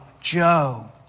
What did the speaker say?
Joe